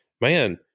man